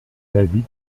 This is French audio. l’avis